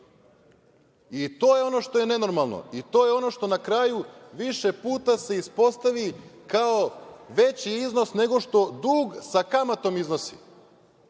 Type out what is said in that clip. i to je ono što je nenormalno i to je ono što na kraju više puta se ispostavi, kao veći iznos nego što dug sa kamatom iznosi.